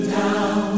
down